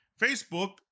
Facebook